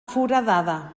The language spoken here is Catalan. foradada